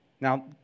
Now